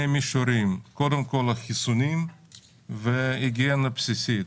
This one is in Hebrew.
מישורים קודם כל החיסונים והיגיינה בסיסית.